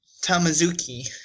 Tamazuki